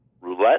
roulette